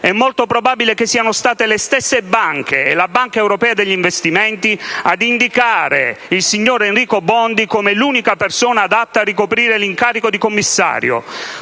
è molto probabile che siano state le stesse banche e la Banca europea per gli investimenti ad indicare il signor Enrico Bondi come l'unica persona adatta a ricoprire l'incarico di commissario,